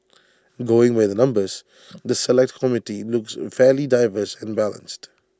going by the numbers the Select Committee looks fairly diverse and balanced